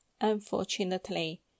Unfortunately